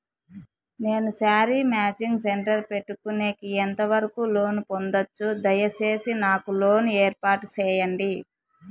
నేను sari matching centre పెట్టుకునేకి ఎంత వరకు లోను పొందొచ్చు? దయసేసి నాకు లోను ఏర్పాటు సేయండి?